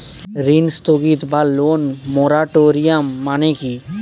ঋণ স্থগিত বা লোন মোরাটোরিয়াম মানে কি?